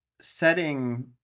setting